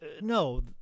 No